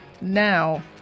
now